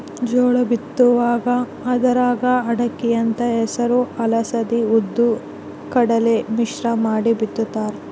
ಜೋಳ ಬಿತ್ತುವಾಗ ಅದರಾಗ ಅಕ್ಕಡಿ ಅಂತ ಹೆಸರು ಅಲಸಂದಿ ಉದ್ದು ಕಡಲೆ ಮಿಶ್ರ ಮಾಡಿ ಬಿತ್ತುತ್ತಾರ